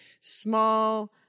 small –